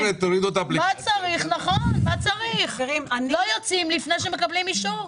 לא יוצאים לפני שמקבלים אישור.